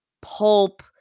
pulp